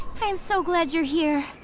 i am so glad you're here,